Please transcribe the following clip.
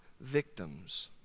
victims